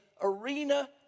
arena